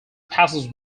passes